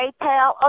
PayPal